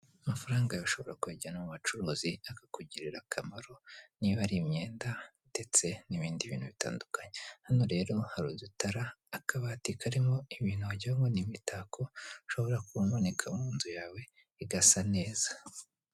Amafaranga yawe ushobora kuyajyana mu bacuruzi akakugirira akamaro niba ari imyenda ndetse n'ibindi bintu bitandukanye, hano rero hari udutara, akabati karimo ibintu wagira ngo ni imitako ushobora kuba wamanika mu nzu yawe igasa neza.